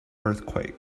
earthquake